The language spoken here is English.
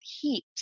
heat